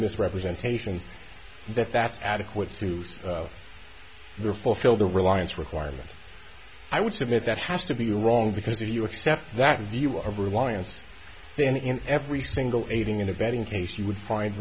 misrepresentation that that's adequate suits their fulfill the reliance requirement i would submit that has to be wrong because if you accept that view of reliance then in every single aiding and abetting case you would find